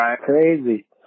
crazy